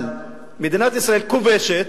אבל מדינת ישראל כובשת,